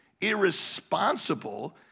irresponsible